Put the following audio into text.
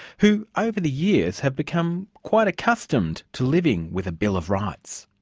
who, over the years, have become quite accustomed to living with a bill of rights.